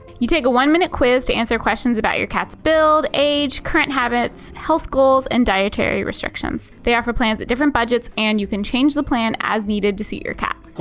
you take a one minute quiz to answer questions about your cat's build, age, current habits, health goals, and dietary restrictions. they offer plans at different budgets and you can change the plan as needed to suit your cat.